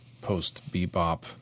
post-bebop